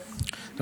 אדוני.